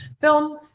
film